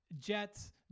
Jets